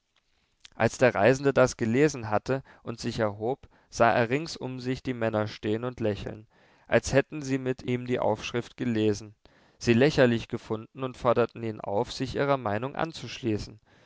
als der reisende das gelesen hatte und sich erhob sah er rings um sich die männer stehen und lächeln als hätten sie mit ihm die aufschrift gelesen sie lächerlich gefunden und forderten ihn auf sich ihrer meinung anzuschließen